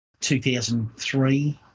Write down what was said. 2003